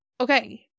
Okay